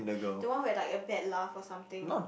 the one where like a bad laugh or something